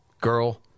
girl